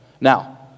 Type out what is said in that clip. Now